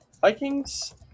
Vikings